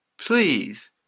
please